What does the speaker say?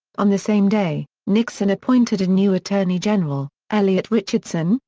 on the same day, nixon appointed a new attorney general, elliot richardson,